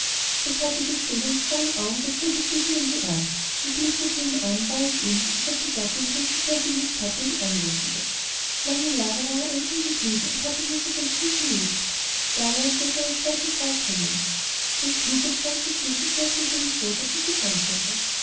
es hatte die schönen frohen augen der früh geschiedenen geerbt und blickte sie ihn an war es ihm als ob die gattin die er so sehr geliebt hatte ihn anlächle lange jahre war er einsam geblieben und hatte nur für sein kind gelebt da lernte er seine zweite frau kennen ihr kluges sanftes wesen fesselte ihn so daß er sie heimführte